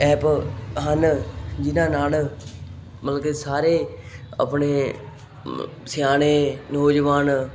app ਹਨ ਜਿਹਨਾਂ ਨਾਲ ਮਤਲਬ ਕਿ ਸਾਰੇ ਆਪਣੇ ਸਿਆਣੇ ਨੌਜਵਾਨ